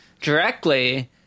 directly